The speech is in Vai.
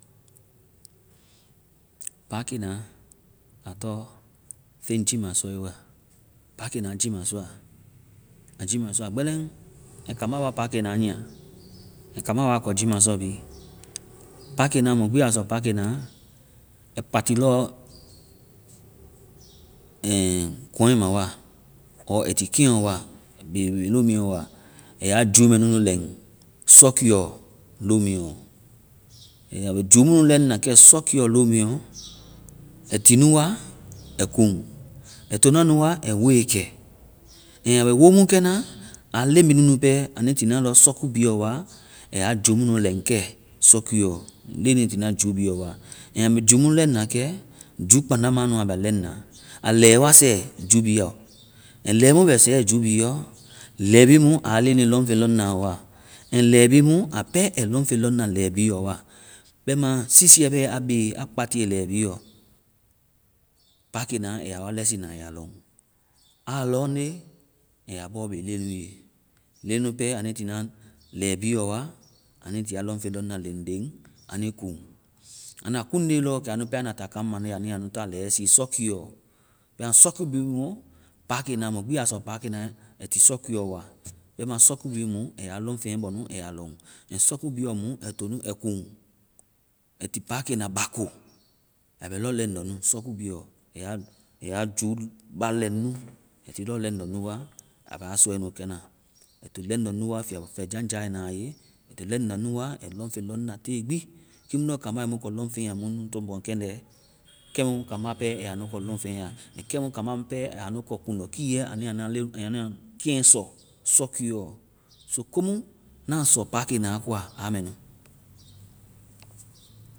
pakena, a tɔŋ feŋ jiimasɔe wa. Pakena jiimasɔa. A jiimasɔa gbɛlɛŋ. Kɛ kambá wa pakena nyia. Kɛ kambá wa kɔ jiimasɔa bi. Pakena, mɔ gbi a sɔ pakena ai pati lɔ ɛŋ kɔŋɛ ma wa. ɔɔ ai ti keŋɔ wa. Ai bebe lomuɛɔ wa. Ai a ju mɛ nunu lɛŋ sɔkuɛɔ lomuɛɔ. Ɛŋ a bɛ ju mu nunnu lɛŋna kɛ sɔkuɛɔ lomuɛɔ, ai ti nu wa ai kuŋ. Ai tona nu wa ai woekɛ. Ɛŋ a bɛ wo mu kɛ na, a leŋmɛ nunu pɛ, a nui ti na lɔ sɔkuɛ biiɔ wa, ai a ju mu nu lɛŋ kɛ sɔkuɛɔ, leŋ nui tiina ju beɔ wa. Ɛŋ a bɛ ju mu lɛŋna kɛ, ju kpaŋda ma nu a bɛ a lɛŋna. A lɛɛ wa sɛ ju be ɔ. Lɛɛ mu bɛ ju biiɔ, lɛɛ bi mu a leŋnui lɔŋfeŋ lɔŋna a ɔ wa. Ɛŋ lɛɛ bi mu a pɛ, ai lɔŋfeŋ lɔŋna lɛɛ bi ɔ wa. Bɛma sisiɛ bɛ a be, a kpatie lɛɛ bi ɔ, pakena a ya wa lɛsina, a ya lɔŋ. A lɔŋde, a ya bɔ be leŋnu ye. Leŋnu pɛ, a nui tiina lɛɛ bi ɔ wa a nui tia lɔŋfeŋ lɔŋna leŋ-leŋ a nui kuŋ. Anda kuŋnde lɔ, kɛ a nu pɛ anda ta kaŋ mande anda a nu ta lɛɛ sii sɔkuɛɔ. Bɛma sɔku bi mu, pakenamɔ gbi a sɔ pakena ai ti sɔkuɛɔ wa. Bɛma sɔkuɛɔ bi mu ai a lɔŋfeŋ bɔ nu ai ya lɔŋ. Ɛŋ sɔku biɔ mu ai to nu ai kuŋ ai ti pakena ba ko. A bɛ lɔ lɛŋndɔ nu, sɔku bi ɔ. Ai ya-ai ya ju ba lɛŋ nu. Ai ti lɔ lɛŋndɔ nu wa, a bɛ a sɔɛnukɛna. Ai to lɛŋndɔ nu wa fiiabɔ fɛjaŋja ai na a ye. Ai ti lɛŋndɔ nu wa ai lɔŋfeŋ lɔŋda te gbi. Kiimu lɔ kambá ai mu kɔ lɔŋfeŋ a, muanu mu tɔŋ mɔkɛndɛ. Kɛ lɔ mu kambá pɛ ai a nu kɔ lɔŋfeŋ a. Kɛ mu kambá pɛ ai ya nu kɔ kuŋdukiiɛ a nu ya nua lɛŋ-a nua keŋ sɔ sɔkuɛɔ. So komu na sɔ pakena koa, a mɛ nu.